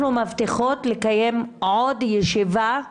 אנחנו מבטיחות לקיים עוד ישיבת המשך,